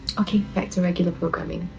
okay back to regular programming.